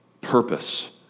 purpose